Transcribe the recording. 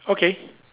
okay